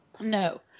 no